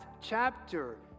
chapter